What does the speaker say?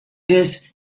this